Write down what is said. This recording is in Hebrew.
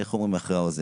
איך אומרים, אחרי האוזן.